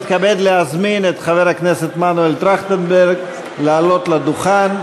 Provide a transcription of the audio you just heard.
אני מתכבד להזמין את חבר הכנסת מנואל טרכטנברג לעלות לדוכן.